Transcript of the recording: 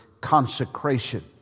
consecration